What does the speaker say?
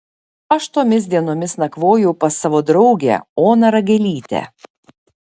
aš tomis dienomis nakvojau pas savo draugę oną ragelytę